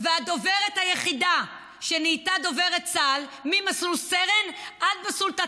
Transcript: והדוברת היחידה שנהייתה דוברת צה"ל ממסלול סרן עד מסלול תת-אלוף.